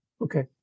Okay